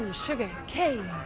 sugar cane!